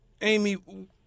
Amy